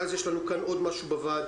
ואז יש לנו כאן עוד משהו בוועדה.